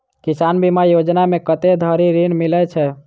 किसान बीमा योजना मे कत्ते धरि ऋण मिलय छै?